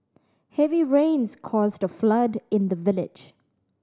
heavy rains caused a flood in the village